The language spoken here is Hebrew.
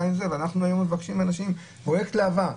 פרויקט להב"ה,